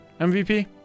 MVP